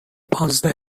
پانزده